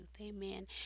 Amen